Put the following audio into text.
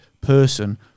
person